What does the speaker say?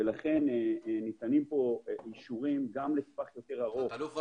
לכן ניתנים פה אישורים גם לטווח יותר ארוך --- תת-אלוף ודמני,